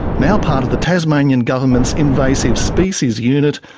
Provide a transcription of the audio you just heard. now part of the tasmanian government's invasive species unit,